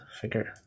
figure